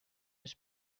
was